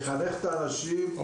לחנך את האנשים,